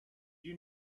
you